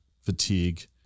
fatigue